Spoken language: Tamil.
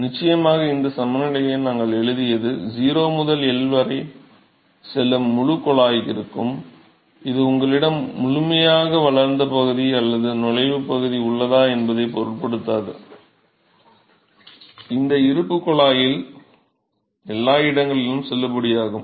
மாணவர் நிச்சயமாக இந்த சமநிலையை நாங்கள் எழுதியது 0 முதல் L வரை செல்லும் முழு குழாயிற்கும் இது உங்களிடம் முழுமையாக வளர்ந்த பகுதி அல்லது நுழைவுப் பகுதி உள்ளதா என்பதைப் பொருட்படுத்தாது இந்த இருப்பு குழாயில் எல்லா இடங்களிலும் செல்லுபடியாகும்